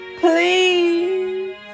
Please